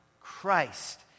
Christ